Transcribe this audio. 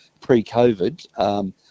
pre-COVID